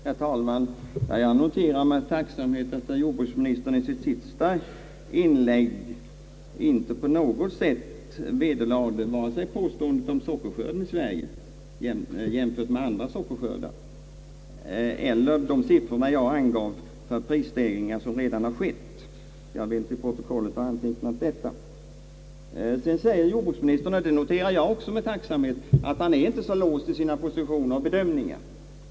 Herr talman! Jag noterar med tacksamhet att jordbruksministern i sitt se naste inlägg inte på något sätt vederlade vare sig påståendet om sockerskörden i Sverige jämförd med andra sockerskördar eller de siffror jag angav för prisstegringar som redan har skett. Jag vill till protokollet ha antecknat detta. Jag noterar också med tacksamhet att jordbruksministern säger sig inte vara låst i sina positioner och bedömningar.